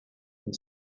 and